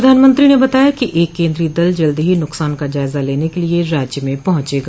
प्रधानमंत्री ने बताया कि एक केन्द्रीय दल जल्द ही नुकसान का जायजा लेने के लिए राज्य में पहुंचेगा